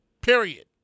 Period